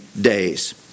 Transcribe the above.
days